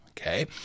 Okay